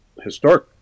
historic